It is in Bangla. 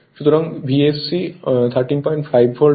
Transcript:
সুতরাং VSC 135 ভোল্ট হয়